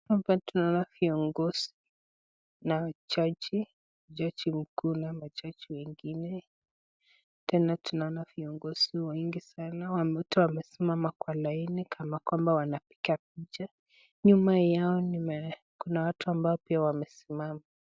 Hapa tunaona viongozi na jaji , jaji mkuu na majaji wengine, tena tunaona viongozi wengine sana wametoa wamesimama kwa laini kama kwamba wanakpika picha nyuma ya Kuna watu ambao wamesimama.